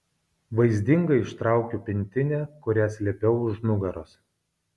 vaizdingai ištraukiu pintinę kurią slėpiau už nugaros